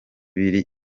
biri